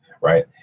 right